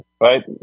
right